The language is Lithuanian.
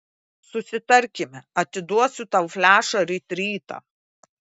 susitarkime atiduosiu tau flešą ryt rytą